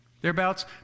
Thereabouts